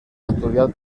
custodiat